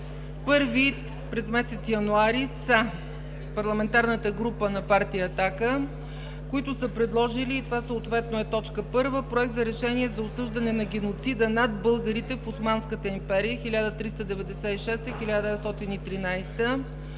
Първи през месец януари са Парламентарната група на партия „Атака“, които са предложили, и това съответно е т. 1, Проект за решение за осъждане на геноцида над българите в Османската империя 1396 – 1913